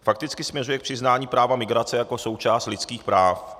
Fakticky směřuje k přiznání práva migrace jako součást lidských práv.